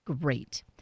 Great